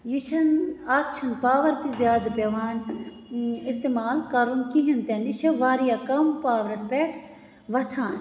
یہِ چھَنہٕ اَتھ چھَنہٕ پاوَر تہِ زیادٕ پیٚوان اِستِمال کَرُن کِہیٖنٛۍ تہِ نہٕ یہِ چھِ واریاہ کم پاورَس پیٚٹھ وۅتھان